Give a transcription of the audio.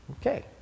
Okay